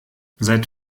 seit